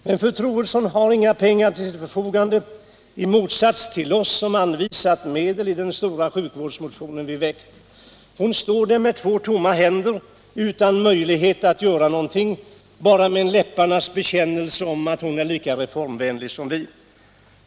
Men fru Troedsson har inga pengar till sitt förfogande — i motsats till oss som anvisat medel i den stora sjukvårdsmotion vi väckt. Hon står där med två tomma händer, utan möjlighet att göra något — bara med en läpparnas bekännelse om att hon är lika reformvänlig som vi.